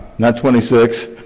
not twenty six,